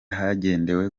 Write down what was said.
hagendewe